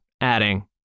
adding